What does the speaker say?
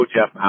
Jeff